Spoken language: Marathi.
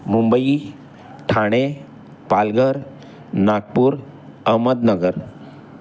मुंबई ठाणे पालघर नागपूर अहमदनगर